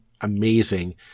amazing